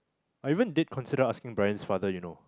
I even did consider asking Bryan's father you know